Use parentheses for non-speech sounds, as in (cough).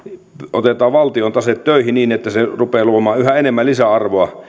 otetaan valtion tase töihin niin että se rupeaa luomaan yhä enemmän lisäarvoa (unintelligible)